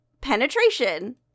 penetration